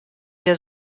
der